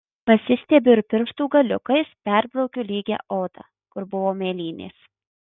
pasistiebiu ir pirštų galiukais perbraukiu lygią odą kur buvo mėlynės